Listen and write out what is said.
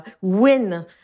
win